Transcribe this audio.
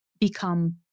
become